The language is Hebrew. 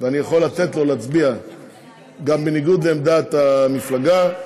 ואני יכול לתת לו להצביע גם בניגוד לעמדת המפלגה,